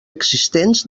existents